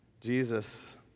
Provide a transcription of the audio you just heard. Jesus